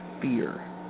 fear